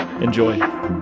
Enjoy